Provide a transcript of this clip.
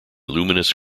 luminous